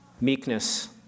meekness